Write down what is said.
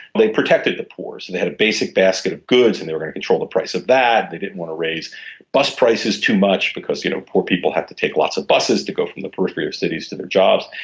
they protected the poor, so they had a basic basket of goods and they were going to control the price of that. they didn't want to raise bus prices too much because you know poor people have to take lots of buses to go from the periphery of cities to their jobs.